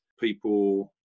people